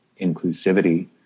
inclusivity